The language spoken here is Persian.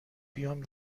بیام